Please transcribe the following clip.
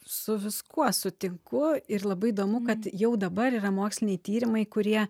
su viskuo sutinku ir labai įdomu kad jau dabar yra moksliniai tyrimai kurie